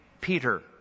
Peter